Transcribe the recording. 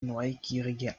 neugierige